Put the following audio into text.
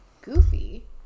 goofy